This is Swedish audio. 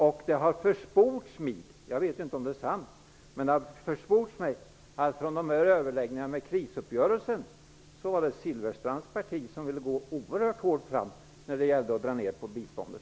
Det har också försports mig -- jag vet dess värre ej om det är sant -- att det vid krisuppgörelsens överläggningar var Silfverstrands parti som ville gå oerhört hårt fram när det gällde att dra ned på biståndet.